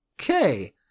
okay